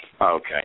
Okay